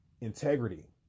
integrity